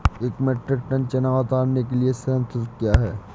एक metric ton चना उतारने के लिए श्रम शुल्क क्या है?